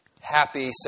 happy